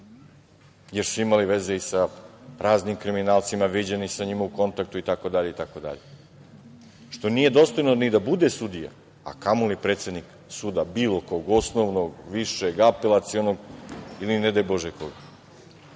jer su imali veze i sa raznim kriminalcima, viđeni sa njima u kontaktu, itd, što nije dostojno ni da bude sudija, a kamoli predsednik suda bilo kog, osnovnog, višeg, apelacionog ili ne daj bože koga. Svi